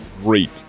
great